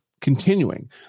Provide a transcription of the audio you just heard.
continuing